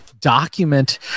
document